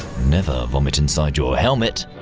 never vomit inside your helmet